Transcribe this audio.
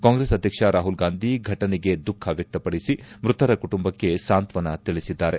ಕಾಂಗ್ರೆಸ್ ಅಧ್ಯಕ್ಷ ರಾಹುಲ್ ಗಾಂಧಿ ಘಟನೆಗೆ ದುಃಖ ವ್ಯಕ್ತಪಡಿಸಿ ಮೃತರ ಕುಟುಂಬಕ್ಕೆ ಸಾಂತ್ವನ ತಿಳಿಸಿದ್ದಾರೆ